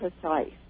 precise